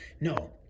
No